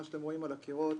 מה שאתם רואים על הקירות